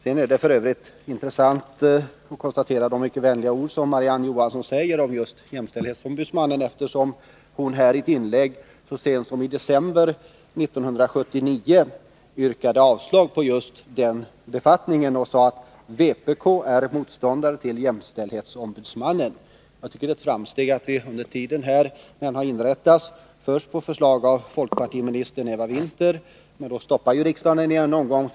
F. ö. är det intressant att konstatera de mycket vänliga ord som Marie-Ann Johansson har sagt om jämställdhetsombudsmannen. Så sent som i december 1979 yrkade hon nämligen avslag på just den befattningen och sade att vpk är motståndare till jämställdhetsombudsmannen Jag tycker att det är ett framsteg att vi nu har inrättat den här tjänsten. Den var först på förslag av folkpartiministern Eva Winther, men då stoppade riksdagen den i en omgång.